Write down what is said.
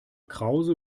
krause